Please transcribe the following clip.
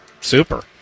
super